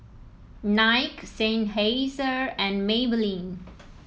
Nike Seinheiser and Maybelline